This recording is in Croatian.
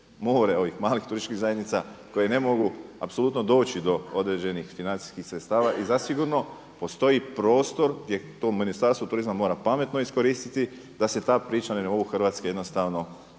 more ovih malih turističkih zajednica koje ne mogu apsolutno doći do određenih financijskih sredstava i zasigurno postoji prostor gdje to u Ministarstvu turizma mora pametno iskoristiti da se ta priča na nivou Hrvatske dobro